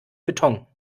beton